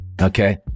okay